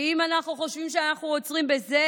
ואם אנחנו חושבים שאנחנו עוצרים בזה,